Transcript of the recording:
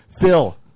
Phil